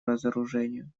разоружению